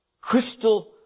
crystal